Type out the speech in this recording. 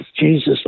Jesus